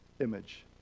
image